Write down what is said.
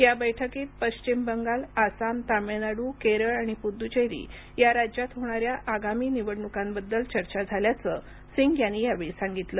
या बैठकीत पश्चिम बंगाल आसाम तामिळनाडू केरळ आणि पुददूचेरी या राज्यात होणाऱ्या आगामी निवडणुकांबद्दल चर्चा झाल्याचं सिंग यांनी यावेळी सांगितलं